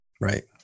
Right